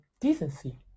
decency